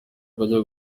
bajya